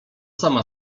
sama